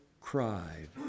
cried